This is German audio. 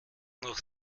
noch